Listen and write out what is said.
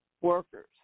workers